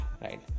right